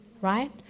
Right